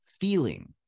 feeling